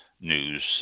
News